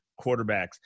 quarterbacks